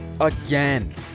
again